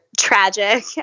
tragic